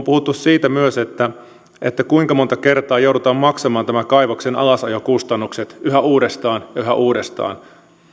puhuneet siitä myös kuinka monta kertaa joudutaan maksamaan tämän kaivoksen alasajokustannukset yhä uudestaan yhä uudestaan